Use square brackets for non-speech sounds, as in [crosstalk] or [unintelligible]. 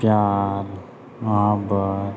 [unintelligible]